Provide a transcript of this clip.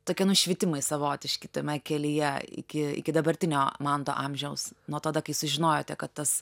tokie nušvitimai savotiški tame kelyje iki iki dabartinio manto amžiaus nuo tada kai sužinojote kad tas